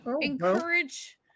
encourage